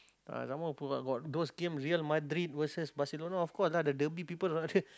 ah some more got those game Real-Madrid versus Barcelona of course lah the people rahter